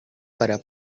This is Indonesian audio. pada